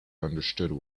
understood